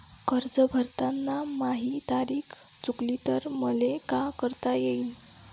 कर्ज भरताना माही तारीख चुकली तर मले का करता येईन?